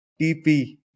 TP